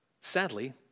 Sadly